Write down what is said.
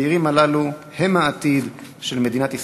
הצעירים הללו הם העתיד של מדינת ישראל.